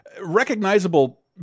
recognizable